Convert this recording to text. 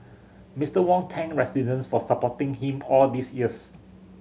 Mister Wong thanked residents for supporting him all these years